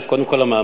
קודם כול,